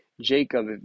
Jacob